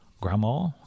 grandma